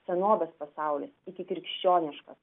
senovės pasaulis ikikrikščioniškas